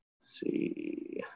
see